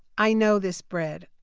i know this bread.